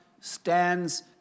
stands